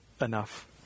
enough